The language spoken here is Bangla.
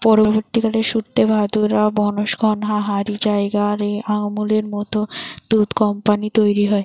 পরবর্তীকালে সুরতে, ভাদোদরা, বনস্কন্থা হারি জায়গা রে আমূলের মত দুধ কম্পানী তইরি হয়